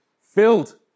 filled